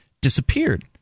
disappeared